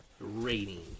rating